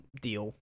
deal